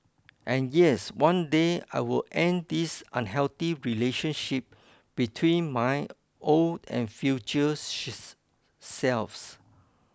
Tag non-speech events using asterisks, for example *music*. and yes one day I will end this unhealthy relationship between my old and future *unintelligible* selves